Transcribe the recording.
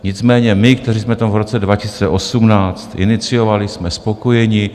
Nicméně my, kteří jsme v tom roce 2018 iniciovali, jsme spokojeni.